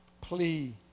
plea